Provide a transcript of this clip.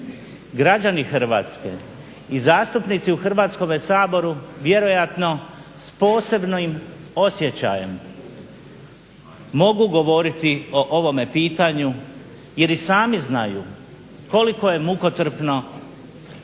građani Hrvatske i zastupnici u Hrvatskome saboru vjerojatno s posebnim osjećajem mogu govoriti o ovome pitanju jer i sami znaju koliko je mukotrpno